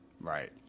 right